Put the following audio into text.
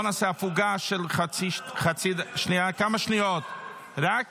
הכנסת, בואו נעשה הפוגה של כמה שניות, רק